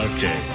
Okay